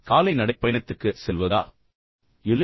காலை நடைப்பயணத்திற்கு செல்வதா இல்லையா